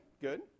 Good